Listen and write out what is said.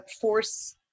force